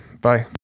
Bye